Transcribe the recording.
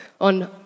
on